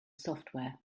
software